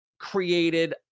Created